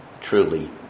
truly